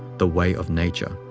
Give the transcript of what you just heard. the way of nature,